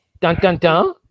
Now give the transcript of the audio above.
Dun-dun-dun